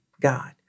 God